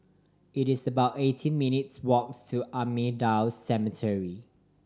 it is about eighteen minutes' walks to Ahmadiyya Cemetery